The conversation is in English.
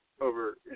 over